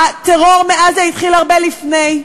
הטרור מעזה התחיל הרבה לפני,